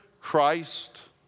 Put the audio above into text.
Christ